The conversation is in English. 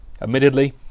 admittedly